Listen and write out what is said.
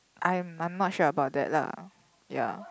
I'm I'm not sure about that lah ya